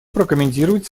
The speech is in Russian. прокомментировать